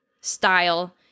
style